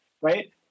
right